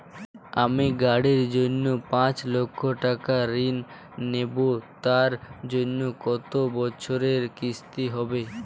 আমি গাড়ির জন্য পাঁচ লক্ষ টাকা ঋণ নেবো তার জন্য কতো বছরের কিস্তি হবে?